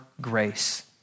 grace